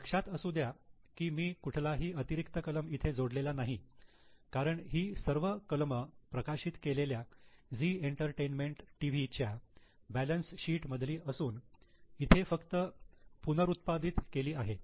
लक्षात असू द्या कि मी कुठलाही अतिरिक्त कलम इथे जोडलेला नाही कारण ही सर्व कलम प्रकाशित केलेल्या झी एंटरटेनमेंट टीव्ही च्या बॅलन्स शीट मधली असून इथे फक्त पुनरउत्पादित केली आहे